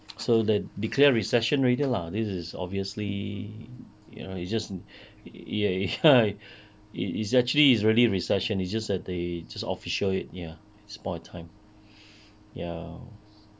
so that declared recession already lah this is obviously you know it's just ya ya it it's actually is really a recession it's just that they just official it ya at this point in time ya